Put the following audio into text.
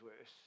worse